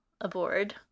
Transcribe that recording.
aboard